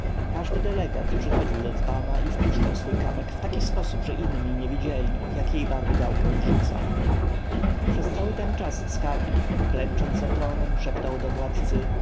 każdy delegat przychodził do dzbana i wpuszczał swój kamyk w taki sposób że inni nie widzieli jakiej barwy gałkę rzuca przez ten czas wielki skarbnik klęcząc za tronem szeptał do władcy